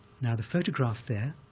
now, the photograph there,